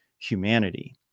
humanity